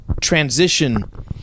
transition